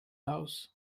house